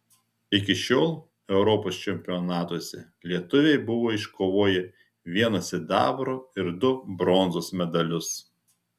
iki šiol europos čempionatuose lietuviai buvo iškovoję vieną sidabro ir du bronzos medalius